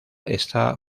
está